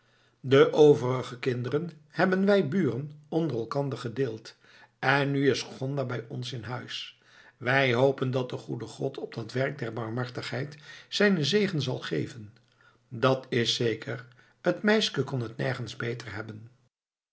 de overigen kinderen hebben wij buren onder elkander gedeeld en nu is gonda bij ons in huis wij hopen dat de goede god op dat werk der barmhartigheid zijnen zegen zal geven dat is zeker het meisken kon het nergens beter hebben